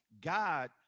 God